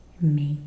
make